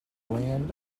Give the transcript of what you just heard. land